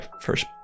first